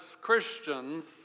Christians